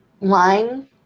lying